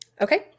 okay